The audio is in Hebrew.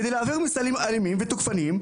כדי להעביר מסרים אלימים ותוקפניים,